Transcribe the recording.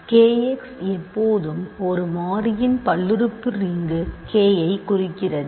K x எப்போதும் ஒரு மாறியின் பல்லுறுப்பு ரிங்கு K ஐ குறிக்கிறது